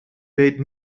weet